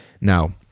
Now